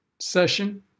session